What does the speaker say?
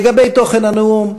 לגבי תוכן הנאום,